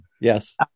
Yes